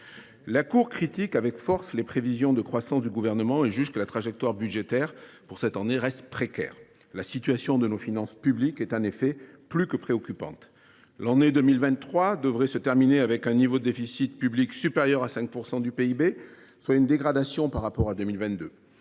La Cour critique avec force les prévisions de croissance du Gouvernement et juge que la trajectoire budgétaire pour cette année reste précaire. La situation de nos finances publiques est en effet plus que préoccupante. L’année 2023 devrait se terminer avec un niveau de déficit public supérieur à 5 % du PIB, soit une dégradation par rapport à 2022.